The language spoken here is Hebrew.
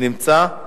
נמצא?